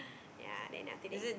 ya then after that